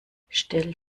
stell